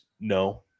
No